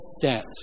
debt